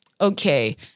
Okay